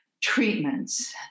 Treatments